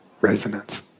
resonance